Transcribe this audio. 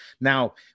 Now